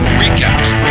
recaps